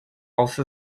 also